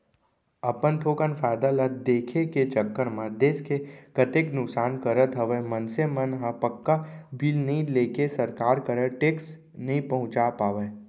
अपन थोकन फायदा ल देखे के चक्कर म देस के कतेक नुकसान करत हवय मनसे मन ह पक्का बिल नइ लेके सरकार करा टेक्स नइ पहुंचा पावय